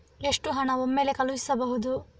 ಎಷ್ಟು ಹಣ ಒಮ್ಮೆಲೇ ಕಳುಹಿಸಬಹುದು?